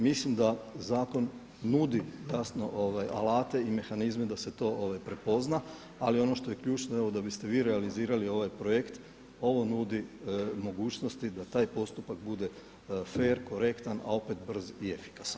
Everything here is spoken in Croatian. Mislim da zakon nudi jasno alate i mehanizme da se to prepozna, ali ono što je ključno, evo da biste vi realizirali ovaj projekt on nudi mogućnosti da taj postupak bude fer, korektan, a opet brz i efikasan.